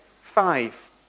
five